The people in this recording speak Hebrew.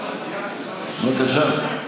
בבקשה.